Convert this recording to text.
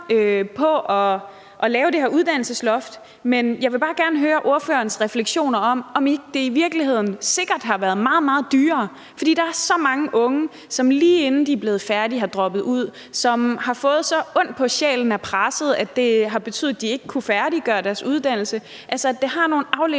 på at lave det her uddannelsesloft, men jeg vil bare gerne høre ordførerens refleksioner over, om ikke det i virkeligheden sikkert har været meget, meget dyrere, fordi der er så mange unge, som, lige inden de er blevet færdige, er droppet ud, og som har fået så ondt på sjælen af presset, at det har betydet, at de ikke har kunnet færdiggøre deres uddannelse, altså at det har nogle afledte